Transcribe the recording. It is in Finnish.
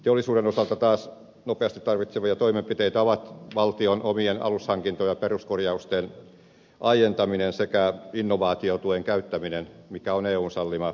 telakkateollisuuden osalta taas nopeasti tarvittavia toimenpiteitä ovat valtion omien alushankintojen ja peruskorjausten aientaminen sekä innovaatiotuen käyttäminen mikä on eun sallima tukimuoto